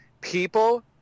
people